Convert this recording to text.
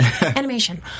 animation